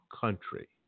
country